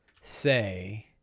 say